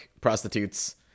prostitutes